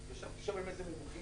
ישבתי שם עם איזה מומחית